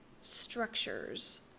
structures